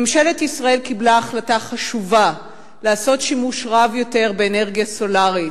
ממשלת ישראל קיבלה החלטה חשובה לעשות שימוש רב יותר באנרגיה סולרית.